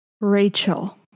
Rachel